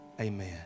amen